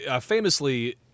famously